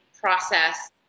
process